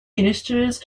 ministers